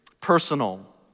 personal